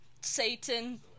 Satan